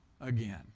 again